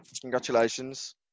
Congratulations